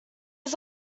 was